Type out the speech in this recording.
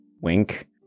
Wink